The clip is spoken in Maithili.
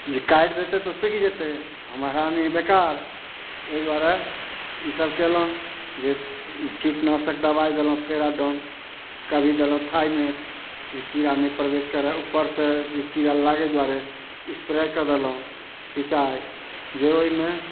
जे काटि देतै तऽ सुखि जेतय हमर हरानी बेकार ओइ दुआरे ई सभ कयलहुँ जे कीटनाशक दबाइ देलहुँ फेराडाउन कभी देलहुँ थाइमेट जे कीड़ा नहि प्रवेश करय जे उपरसँ जे कीड़ा लागय दुआरे स्प्रे कऽ देलहुँ सिचाइ जे ओइमे